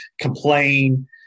complain